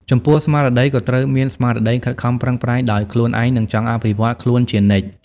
ចំពោះស្មារតីក៏ត្រូវមានស្មារតីខិតខំប្រឹងប្រែងដោយខ្លួនឯង និងចង់អភិវឌ្ឍខ្លួនជានិច្ច។